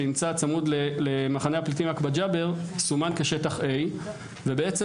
שנמצא צמוד למחנה הפליטים עקבת ג'בר סומן כשטח A ובין